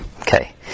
Okay